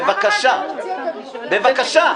בבקשה.